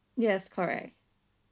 yes correct